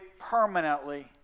permanently